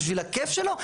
בשביל הכיף שלו?